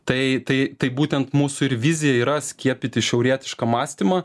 tai tai tai būtent mūsų ir vizija yra skiepyti šiaurietišką mąstymą